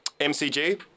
MCG